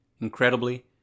Incredibly